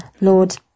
Lord